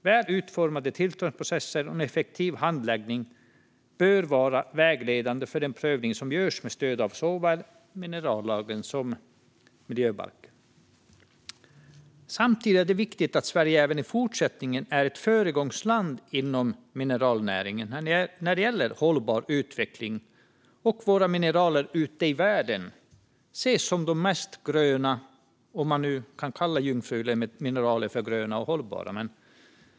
Väl utformade tillståndsprocesser och en effektiv handläggning bör vara vägledande för den prövning som görs med stöd av såväl minerallagen som miljöbalken. Det är viktigt att Sverige även i fortsättningen är ett föregångsland inom mineralnäringen när det gäller hållbar utveckling och att våra mineral ute i världen ses som de mest gröna - om man nu kan kalla jungfruliga mineral för gröna och hållbara.